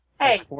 Hey